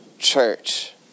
Church